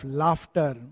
laughter